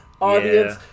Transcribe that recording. audience